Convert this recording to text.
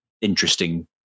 interesting